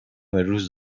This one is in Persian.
روز